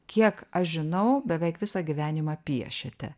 kiek aš žinau beveik visą gyvenimą piešiate